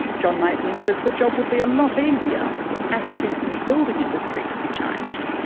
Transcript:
john maitland says the job would be a lot easier if attitudes in the building industry could be changed.